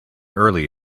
early